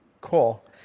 cool